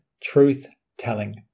truth-telling